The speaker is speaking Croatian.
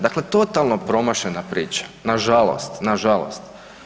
Dakle, totalno promašena priča, nažalost, nažalost.